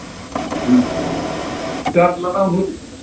दर्द